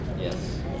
Yes